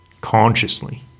consciously